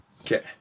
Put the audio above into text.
Okay